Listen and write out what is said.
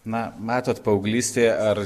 na matot paauglystėj ar